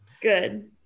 Good